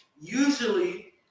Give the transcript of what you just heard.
usually